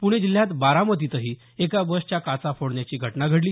पुणे जिल्ह्यात बारामतीतही एका बसच्या काचा फोडण्याची घटना घडली